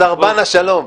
סרבן השלום.